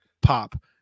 Pop